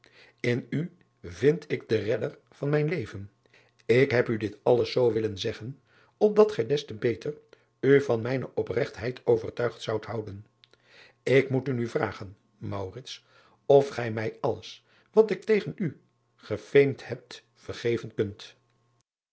n u vind ik den redder van mijn leven k heb u dit alles zoo willen zeggen opdat gij des te beter u van mijne opregtheid overtuigd zoudt houden k moet u nu vragen of gij mij alles wat ik tegen u gefmeed hebt vergeven kunt